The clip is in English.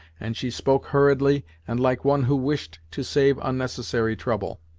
and she spoke hurriedly and like one who wished to save unnecessary trouble.